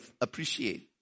appreciate